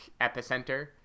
epicenter